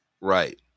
Right